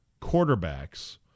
quarterbacks